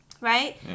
Right